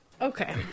Okay